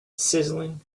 sizzling